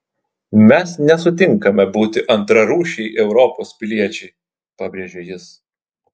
mes nesutinkame būti antrarūšiai europos piliečiai pabrėžė jis